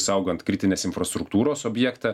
saugant kritinės infrastruktūros objektą